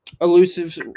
elusive